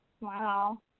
Wow